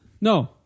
No